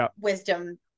wisdom